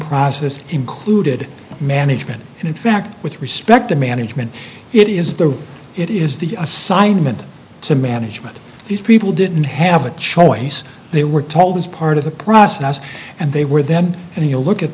process included management and in fact with respect to management it is the it is the assignment to management these people didn't have a choice they were told as part of the process and they were then and you look at